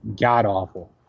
god-awful